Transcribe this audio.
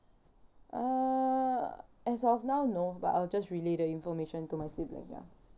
uh as of now no but I'll just relay the information to my sibling ya